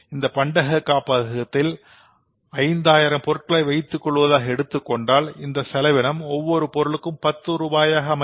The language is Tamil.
இந்த பண்டககாப்கத்தில் ஐந்தாயிரம் பொருட்களை வைத்துக் கொள்வதாக எடுத்துக் கொண்டால் இந்த செலவினம் ஒவ்வொரு பொருளுக்கும் பத்து ரூபாயாக அமையும்